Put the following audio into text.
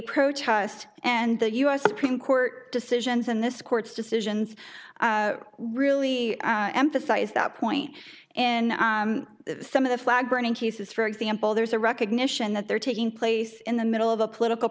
protest and the us supreme court decisions in this court's decisions really emphasize that point in some of the flag burning cases for example there's a recognition that they're taking place in the middle of a political